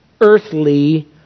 earthly